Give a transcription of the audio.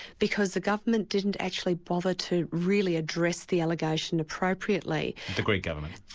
because the government didn't actually bother to really address the allegation appropriately. the greek government?